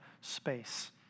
space